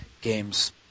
Games